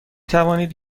توانید